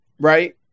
right